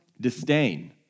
disdain